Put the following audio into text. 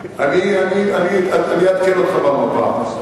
אני מסתכל על המפה, אני אעדכן אותך במפה.